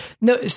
no